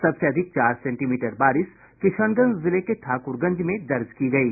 सबसे अधिक चार सेंटीमीटर बारिश किशनगंज जिले के ठाक्रगंज में दर्ज की गयी